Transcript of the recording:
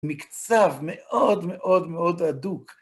מקצב מאוד מאוד מאוד הדוק.